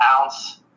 ounce